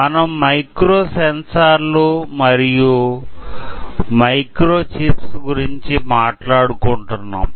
మనం మైక్రో సెన్సార్లు మరియు మైక్రో చిప్స్ గురించి మాట్లాడుకుంటున్నాం